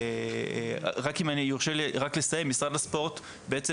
אם רק יורשה לי לסיים: למשרד הספורט בעצם